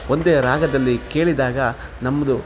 ಒಂದೇ ರಾಗದಲ್ಲಿ ಕೇಳಿದಾಗ ನಮ್ಮದು